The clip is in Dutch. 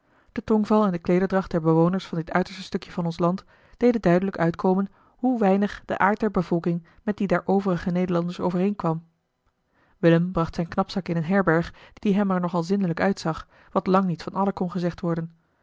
de tongval en de kleederdracht der bewoners van dit uiterste stukje van ons land deden duidelijk uitkomen hoeweinig de aard der bevolking met die der overige nederlanders overeenkwam willem bracht zijn knapzak in eene herberg die hem er nog al zindelijk uitzag wat lang niet van alle kon gezegd worden